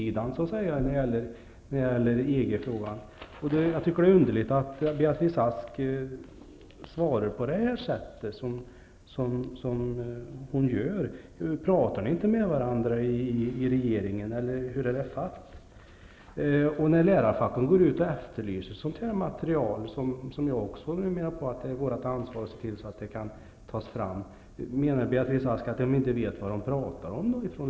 Jag tycker att det är underligt att Beatrice Ask svarar på det sätt som hon gör. Talar ni inte med varandra i regeringen, eller hur är det fatt? Lärarfacken går ut och efterlyser detta material. Det är vårt ansvar att se till att det kan tas fram. Menar Beatrice Ask att lärarna inte vet vad de talar om?